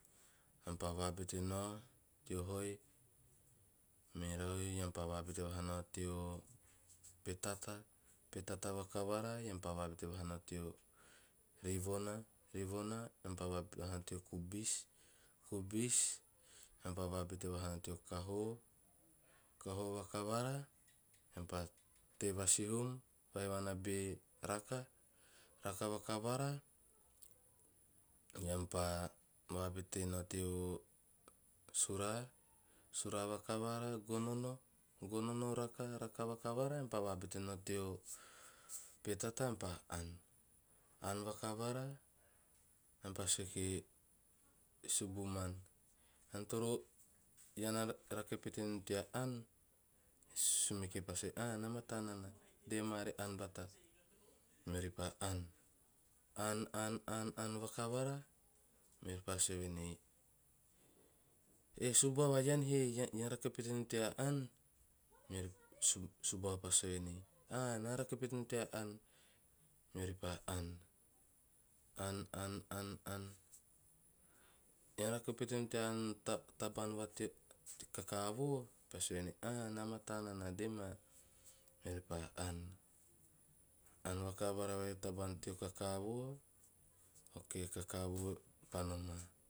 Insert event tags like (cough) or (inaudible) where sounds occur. Eam pa vabete nao teo hoi merau eam pa vabete vaha nao teo petata. Petata vakavara eam pa vaobete vaha nao teo rivona, rivona eam pa vabete nao teo kubis, kubis eam pa vabete vaha nao teo kaaho, kaaho vakavara eam pa tei va sihum. Vahiuna be raka, raka vakavara eam pa vabete nao teo suraa, suraa vakavara gonono raka, raka vakavara eam pa vabete nao teo petata eam pa aan. Aan vakavara eam pa sue kie e subumon "ean toro (hesitation) ean na rake pete nom tea ann." Sumeke pa sue "ean toro (hesitation) ean na rake pete nom tea aan." Sumeke pa sue "ah na mataa nana dee ma are aan bata" meori pa aan. Aan aan aan aan aan vakavara. Meori pa sue venei "e subuava ean he ean na rake pete nom tea ann?" Me pa subuava pa sue venei "a na rake pete nom tea aan." Meori pa aan aan aan aan aan, ean na rake pete nom tea ann tabaan vateo kakavoo?" Me pa sue venei "a na mataa nana dema." Meori pa aan, aan vakavara vai a tabaan teo kakavo, okay kakavoo pa noma,